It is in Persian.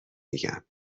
میگم